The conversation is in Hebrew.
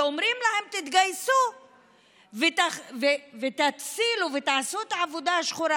ואומרים להן: תתגייסו ותצילו ותעשו את העבודה השחורה.